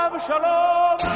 Shalom